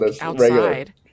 outside